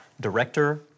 director